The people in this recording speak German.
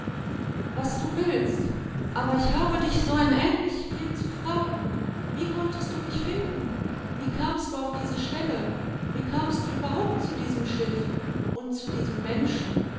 was du willst aber ich habe dich so unendlich viel zu fragen wie konntest du mich finden wie kamst du auf diese stelle wie kamst du überhaupt zu diesem schiff und zu diesem menschen